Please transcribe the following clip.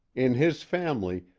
in his family,